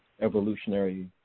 evolutionary